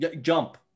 jump